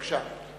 בבקשה.